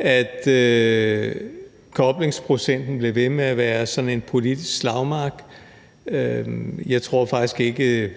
om koblingsprocenten blev ved med at være sådan en politisk slagmark. Jeg tror faktisk ikke,